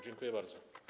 Dziękuję bardzo.